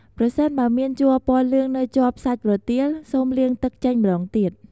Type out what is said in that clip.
ប្រសិនបើមានជ័រពណ៌លឿងនៅជាប់សាច់ប្រទាល សូមលាងទឹកចេញម្ដងទៀត។